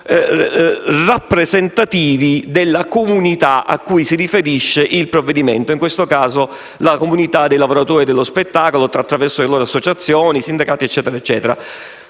rappresentativi della comunità, a cui il provvedimento si riferisce (in questo caso, la comunità dei lavoratori dello spettacolo attraverso le loro associazioni, sindacati eccetera).